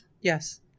Yes